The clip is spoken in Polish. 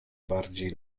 bardziej